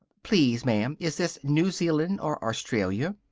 please, ma'am, is this new zealand or australia?